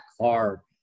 car